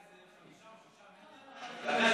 ועדיין,